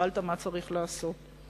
ושאלת מה צריך לעשות.